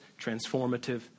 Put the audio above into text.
transformative